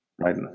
right